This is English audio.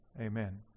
Amen